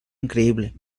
increíble